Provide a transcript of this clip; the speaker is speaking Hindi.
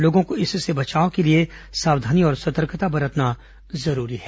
लोगों को इससे बचाव के लिए सावधानी और सतर्कता बरतना जरूरी है